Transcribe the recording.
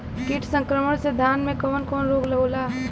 कीट संक्रमण से धान में कवन कवन रोग होला?